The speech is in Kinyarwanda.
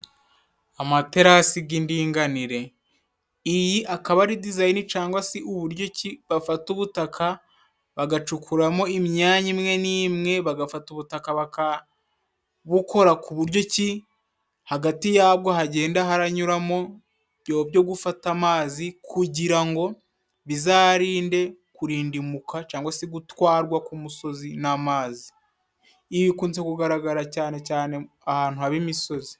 Amaterasi g'indinganire. Iyi akaba ari dizayini cangwa se uburyo ki, bafata ubutaka bagacukuramo imyanya imwe n'imwe, bagafata ubutaka bakabukora ku buryo ki hagati yabwo hagenda haranyuramo ibyobo byo gufata amazi, kugira ngo bizarinde kurindimuka cangwa se gutwarwa k'umusozi n'amazi. Ibi bikunze kugaragara cyane cyane ahantu haba imisozi.